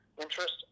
interest